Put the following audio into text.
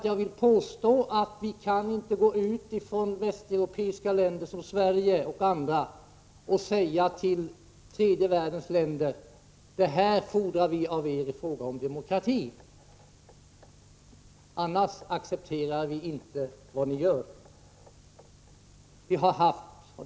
Jag vill påstå att vi från Sverige och andra västeuropeiska länder inte kan gå ut och säga till tredje världens länder vad vi fordrar av dem i fråga om demokrati för att vi skall acceptera deras handlande.